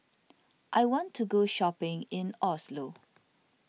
I want to go shopping in Oslo